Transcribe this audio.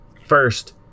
First